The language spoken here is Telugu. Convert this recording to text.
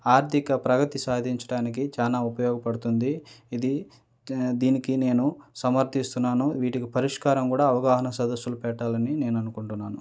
ఆర్థిక ప్రగతి సాధించటానికి చాలా ఉపయోగపడుతుంది ఇది దీనికి నేను సమర్థిస్తున్నాను వీటికి పరిష్కారం కూడా అవగాహన సదస్సులు పెట్టాలని నేను అనుకుంటున్నాను